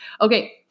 Okay